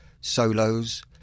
solos